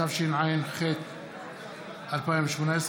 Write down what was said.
התשע"ח 2018,